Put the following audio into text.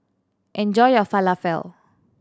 enjoy your Falafel